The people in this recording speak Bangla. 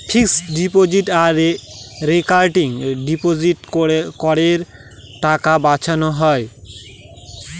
ফিক্সড ডিপোজিট আর রেকারিং ডিপোজিটে করের টাকা বাঁচানো হয়